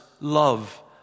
love